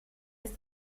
ist